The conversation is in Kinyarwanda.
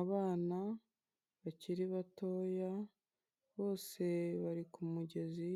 Abana bakiri batoya bose bari ku mugezi